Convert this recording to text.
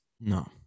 No